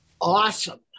awesome